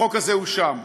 החוק הזה הוא שם,